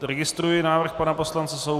Registruji návrh pana poslance Soukupa.